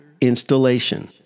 installation